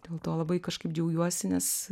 dėl to labai kažkaip džiaugiuosi nes